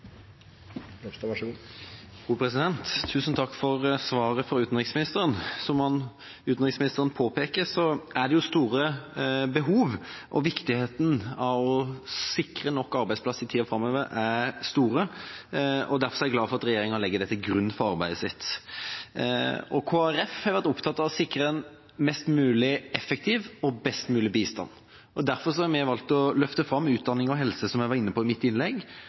avskaffes. Så dette med jobbskaping, næringsutvikling og investeringer er og vil være et viktig punkt i en fremtidsrettet utviklingspolitikk. Tusen takk for svaret fra utenriksministeren. Som utenriksministeren påpeker, er det store behov. Det er viktig å sikre nok arbeidsplasser i tida framover, og derfor er jeg glad for at regjeringa legger det til grunn for arbeidet sitt. Kristelig Folkeparti har vært opptatt av å sikre mest mulig effektiv og best mulig bistand. Derfor har vi valgt å løfte fram utdanning og helse, som jeg var inne på i mitt innlegg,